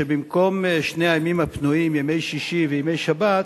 שבמקום שני הימים הפנויים, יום שישי ויום שבת,